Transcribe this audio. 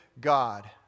God